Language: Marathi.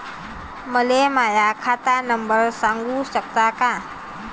मले माह्या खात नंबर सांगु सकता का?